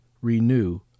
renew